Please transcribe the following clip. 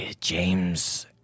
James